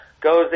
goes